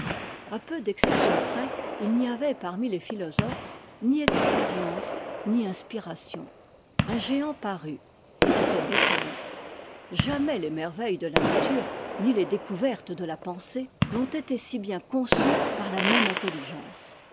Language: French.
à peu d'exceptions près il n'y avait parmi les philosophes ni expérience ni inspiration un géant parut c'était bacon jamais les merveilles de la nature ni les découvertes de la pensée n'ont été si bien conçues par la même intelligence